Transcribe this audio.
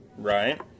Right